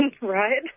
Right